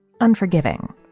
unforgiving